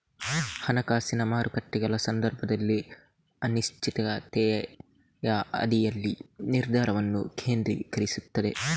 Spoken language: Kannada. ಹಣಕಾಸಿನ ಮಾರುಕಟ್ಟೆಗಳ ಸಂದರ್ಭದಲ್ಲಿ ಅನಿಶ್ಚಿತತೆಯ ಅಡಿಯಲ್ಲಿ ನಿರ್ಧಾರವನ್ನು ಕೇಂದ್ರೀಕರಿಸುತ್ತದೆ